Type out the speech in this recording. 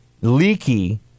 leaky